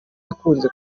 yakunze